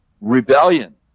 rebellion